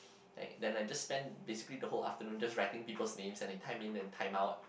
like then I just spend basically the whole afternoon just writing people's name and they time in and time out